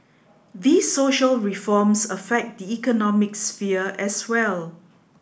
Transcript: these social reforms affect the economic sphere as well